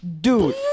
Dude